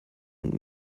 und